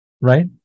Right